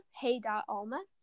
Hey.Alma